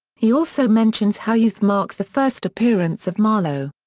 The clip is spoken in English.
he also mentions how youth marks the first appearance of marlow.